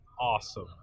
awesome